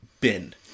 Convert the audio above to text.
bin